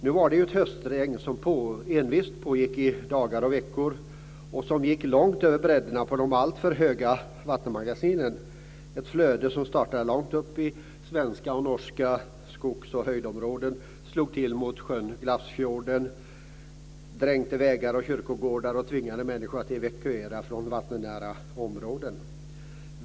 Nu var det ett höstregn som envist pågick i dagar och veckor och som gick långt över bräddarna på de alltför höga vattenmagasinen. Det var ett flöde som startade långt uppe i svenska och norska skogs och höjdområden och som slog till mot sjön Glafsfjorden. Det dränkte vägar och kyrkogårdar och tvingade människor att evakuera från vattennära områden.